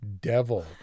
Devil